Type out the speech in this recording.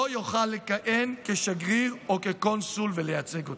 לא יוכל לכהן כשגריר או כקונסול ולייצג אותה.